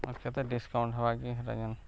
କେତେ ଡିସ୍କାଉଣ୍ଟ୍ ହେବାକି ହେଟା ଯେନ୍